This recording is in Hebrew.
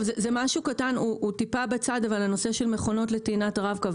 הנושא של מכונות לטעינת רב-קו.